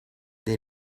dei